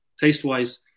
taste-wise